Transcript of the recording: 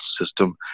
system